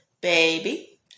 baby